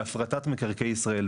מהפרטת מקרקעי ישראל,